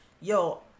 Yo